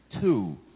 two